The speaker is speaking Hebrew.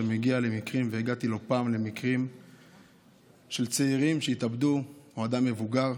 שמגיע לא פעם למקרים של צעירים שהתאבדו או מבוגרים.